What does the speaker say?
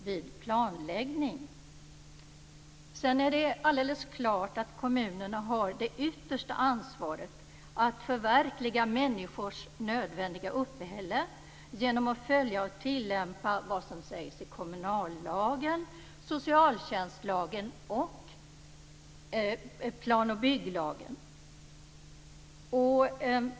Sedan är det alldeles klart att kommunerna har det yttersta ansvaret att förverkliga människors nödvändiga uppehälle genom att följa och tillämpa vad som sägs i kommunallagen, socialtjänstlagen och planoch bygglagen.